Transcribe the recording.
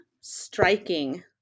striking